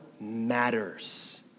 matters